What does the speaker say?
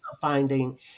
finding